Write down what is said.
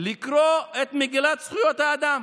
לקרוא את מגילת זכויות האדם.